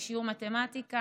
לשיעור מתמטיקה,